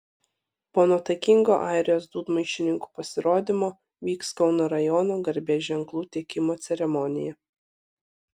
po nuotaikingo airijos dūdmaišininkų pasirodymo vyks kauno rajono garbės ženklų teikimo ceremonija